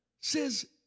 says